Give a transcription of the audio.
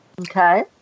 Okay